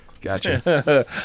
Gotcha